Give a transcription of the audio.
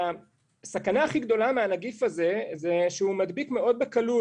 הסכנה הכי גדולה מהנגיף הזה היא שהוא מדביק מאוד בקלות